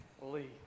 Lee